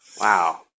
Wow